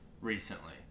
recently